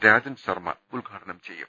രാജൻ ശർമ്മ ഉദ്ഘാടനം ചെയ്യും